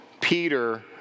Peter